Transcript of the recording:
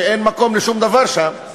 שאין מקום לשום דבר שם.